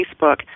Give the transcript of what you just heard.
Facebook